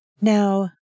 Now